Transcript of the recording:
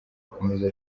akomeza